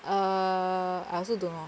err I also don't know